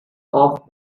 off